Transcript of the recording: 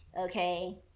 okay